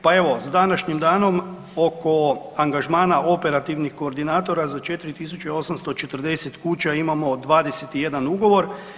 Pa evo s današnjim danom oko angažmana operativnih koordinatora za 4840 kuća imamo 21 ugovor.